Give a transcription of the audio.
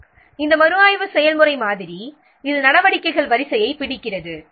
எனவே இந்த மறுஆய்வு செயல்முறை மாதிரி இது நடவடிக்கைகள் வரிசையைப் பிடிக்கிறது